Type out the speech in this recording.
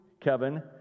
Kevin